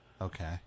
Okay